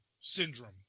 syndrome